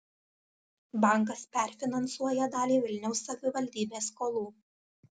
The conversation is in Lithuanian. bankas perfinansuoja dalį vilniaus savivaldybės skolų